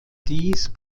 dies